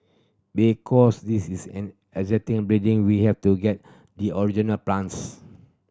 because this is an existing begin we have to get the original plans